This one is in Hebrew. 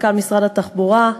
מנכ"ל משרד התחבורה,